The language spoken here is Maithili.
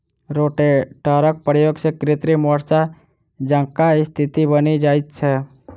रोटेटरक प्रयोग सॅ कृत्रिम वर्षा जकाँ स्थिति बनि जाइत छै